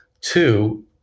Two